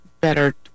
better